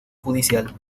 judicial